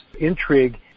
intrigue